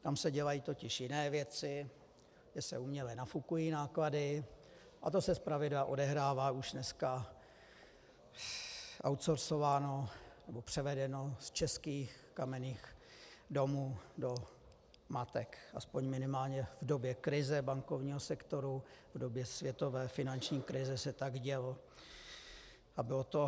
Tam se dělají totiž jiné věci že se uměle nafukují náklady, a to se zpravidla odehrává už dneska outsourceováno nebo převedeno z českých kamenných domů do matek, aspoň minimálně v době krize bankovního sektoru, v době světové finanční krize se tak dělo a bylo to identifikováno.